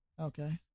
Okay